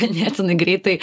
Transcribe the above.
ganėtinai greitai